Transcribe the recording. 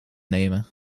nemen